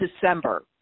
December